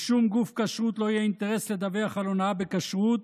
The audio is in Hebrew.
לשום גוף כשרות לא יהיה אינטרס לדווח על הונאה בכשרות,